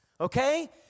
okay